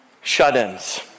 shut-ins